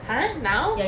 !huh! now